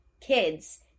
kids